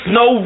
no